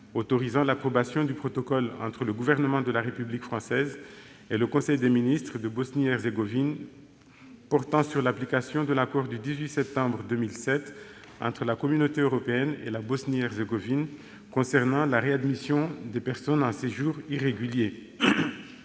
autorisant l'approbation du protocole entre le Gouvernement de la République française et le Conseil des ministres de Bosnie-Herzégovine portant sur l'application de l'accord du 18 septembre 2007 entre la Communauté européenne et la Bosnie-Herzégovine concernant la réadmission des personnes en séjour irrégulier